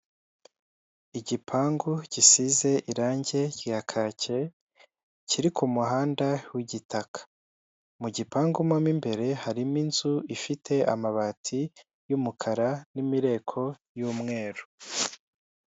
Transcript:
Igipangu gisize irange rya kake kiri ku muhanda w'igitaka, mu gipangu mo mu imbere harimo inzu ifite amabati y'umukara n'imireko y'umweru.